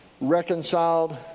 reconciled